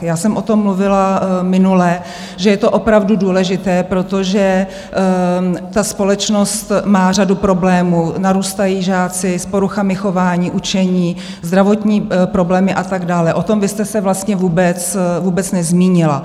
Já jsem o tom mluvila minule, že je to opravdu důležité, protože společnost má řadu problémů, narůstají žáci s poruchami chování, učení, zdravotní problémy a tak dále, o tom vy jste se vlastně vůbec nezmínila.